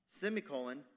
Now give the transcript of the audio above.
Semicolon